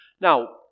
Now